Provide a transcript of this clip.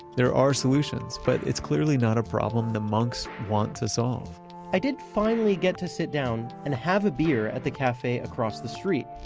there are solutions, but it's clearly not a problem the monks want to solve i did finally get to sit down and have a beer at the cafe across the street.